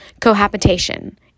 Cohabitation